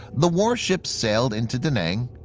the warships sailed into da nang,